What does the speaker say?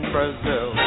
Brazil